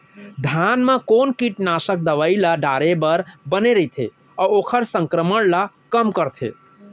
धान म कोन कीटनाशक दवई ल डाले बर बने रइथे, अऊ ओखर संक्रमण ल कम करथें?